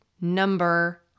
number